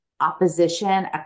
opposition